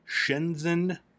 Shenzhen